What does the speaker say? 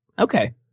Okay